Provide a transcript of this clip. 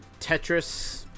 tetris